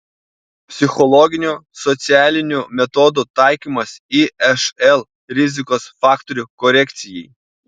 psichologinių socialinių metodų taikymas išl rizikos faktorių korekcijai